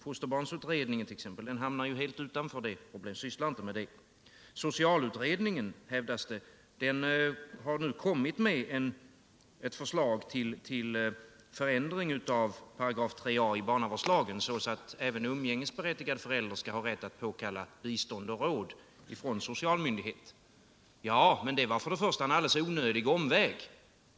Fosterbarnsutredningen hamnar t.ex. helt utanför i det avseendet. Den sysslar inte med detta. Socialutredningen har nu, hävdas det, kommit med ett förslag till ändring av 3 a § barnavårdslagen, så att även umgängesberättigad förälder skall ha rätt att få bistånd och råd från socialmyndighet. Ja, men det var en alldeles onödig omväg.